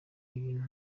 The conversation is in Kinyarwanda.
ibintu